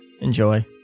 Enjoy